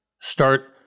start